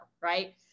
right